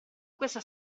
questa